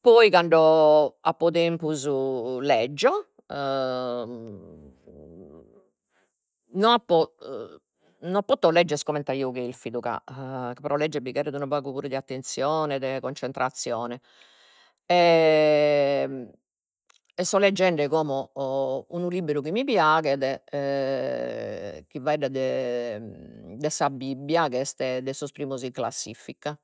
poi cando apo tempus leggio non apo, non poto leggere comente aio cherfidu ca pro leggere bi cheret unu pagu puru de attenzione, de concentrazione, e so leggende como o unu libberu chi mi piaghet chi faeddat de de sa Bibbia chi est de sos primos in classifica